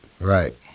Right